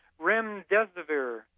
remdesivir